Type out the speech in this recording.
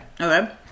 Okay